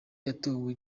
yatowe